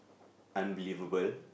unbelievable